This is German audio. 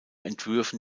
entwürfen